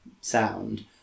sound